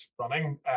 running